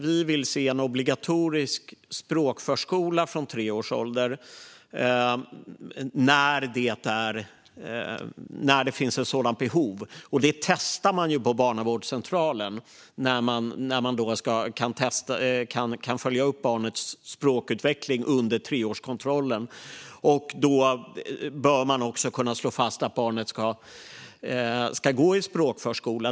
Vi vill se en obligatorisk språkförskola från tre års ålder, när det finns ett sådant behov. Detta testar man ju på barnavårdscentralen, där man kan följa upp barnets språkutveckling i samband med treårskontrollen. Då bör man också kunna slå fast att barnet ska gå i språkförskola.